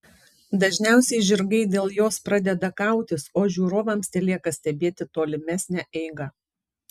dažniausiai žirgai dėl jos pradeda kautis o žiūrovams telieka stebėti tolimesnę eigą